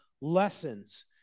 lessons